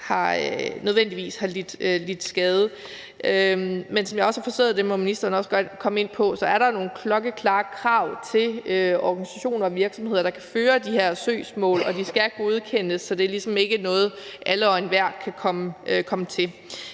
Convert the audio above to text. der nødvendigvis har lidt skade. Men som jeg har forstået det, og det må ministeren også gerne komme ind på, er der nogle klokkeklare krav til organisationer og virksomheder, der kan føre de her søgsmål, og de skal godkendes. Så det er ikke noget, alle og enhver kan komme til.